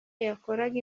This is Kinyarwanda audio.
yakoraga